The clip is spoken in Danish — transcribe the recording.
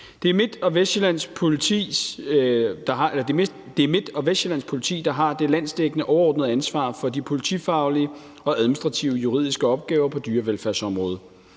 Det er Midt- og Vestsjællands Politi, der har det landsdækkende, overordnede ansvar for de politifaglige og administrative juridiske opgaver på dyrevelfærdsområdet.